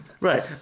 Right